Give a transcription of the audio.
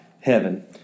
heaven